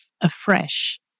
afresh